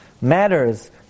Matters